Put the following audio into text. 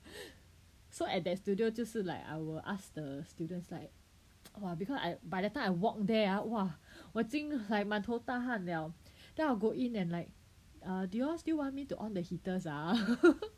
so at that studio 就是 like I will ask the students like !wah! because I by that time I walk there ah !wah! 我进来已经满头大汗了 then I'll go in and like err do you all still want me to on the heaters ah